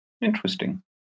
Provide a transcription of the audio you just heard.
Interesting